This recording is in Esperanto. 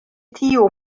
tiu